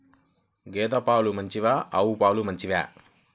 గేద పాలు మంచివా ఆవు పాలు మంచివా?